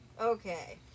Okay